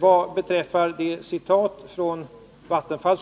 Vad beträffar herr Franzéns citat från Vattenfall